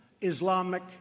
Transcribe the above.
Islamic